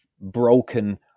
broken